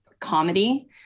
comedy